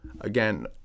again